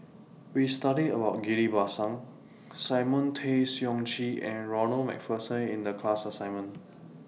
We studied about Ghillie BaSan Simon Tay Seong Chee and Ronald MacPherson in The class assignment